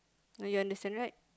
now you understand right